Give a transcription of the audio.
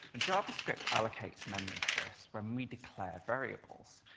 and javascript allocates memory for us when we declare variables.